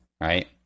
right